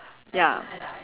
ya